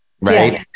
Right